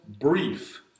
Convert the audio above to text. brief